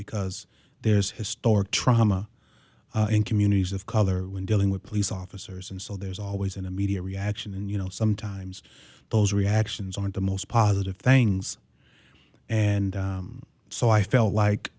because there's historic trauma in communities of color when dealing with police officers and so there's always an immediate reaction and you know sometimes those reactions aren't the most positive things and so i felt like